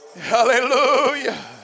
hallelujah